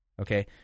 okay